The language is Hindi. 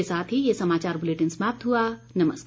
इसी के साथ ये समाचार बुलेटिन समाप्त हुआ नमस्कार